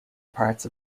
parts